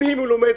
אם היא מלומדת,